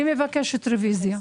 מבקשת רביזיה.